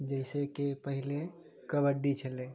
जैसे कि पहिले कबड्डी छलै